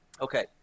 okay